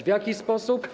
W jaki sposób?